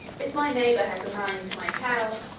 if my neighbour has a mind to my cow,